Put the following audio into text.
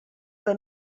que